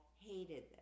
hated